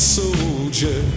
soldier